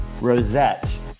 Rosette